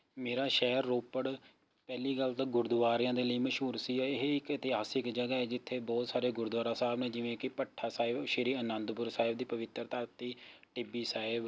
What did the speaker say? ਮੇਰਾ ਸ਼ਹਿਰ ਰੋਪੜ ਪਹਿਲੀ ਗੱਲ ਤਾਂ ਗੁਰਦੁਆਰਿਆਂ ਦੇ ਲਈ ਮਸ਼ਹੂਰ ਸੀ ਇਹ ਇੱਕ ਇਤਿਹਾਸਿਕ ਜਗ੍ਹਾ ਹੈ ਜਿੱਥੇ ਬਹੁਤ ਸਾਰੇ ਗੁਰਦੁਆਰਾ ਸਾਹਿਬ ਨੇ ਜਿਵੇਂ ਕਿ ਭੱਠਾ ਸਾਹਿਬ ਸ਼੍ਰੀ ਅਨੰਦਪੁਰ ਸਾਹਿਬ ਦੀ ਪਵਿੱਤਰ ਧਰਤੀ ਟਿੱਬੀ ਸਾਹਿਬ